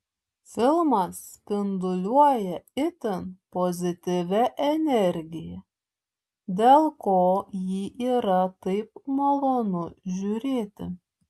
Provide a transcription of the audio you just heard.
filmas spinduliuoja itin pozityvia energija dėl ko jį yra taip malonu žiūrėti